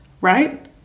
right